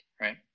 right